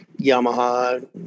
yamaha